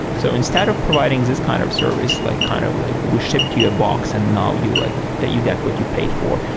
so instead of providing this kind of service, like kind of like we shipped you a box and now you like you get what you paid for.